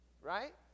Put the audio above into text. Right